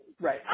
Right